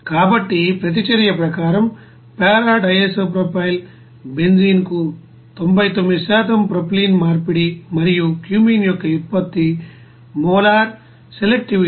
కాబట్టి ప్రతిచర్య ప్రకారం పారా డి ఐసోప్రొపైల్ బెంజీన్కు 99 ప్రొపైలిన్ మార్పిడి మరియు క్యూమెన్ యొక్క ఉత్పత్తి మోలార్ సెలెక్టివిటీ 31 1